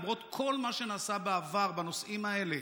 למרות כל מה שנעשה בעבר בנושאים האלה